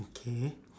okay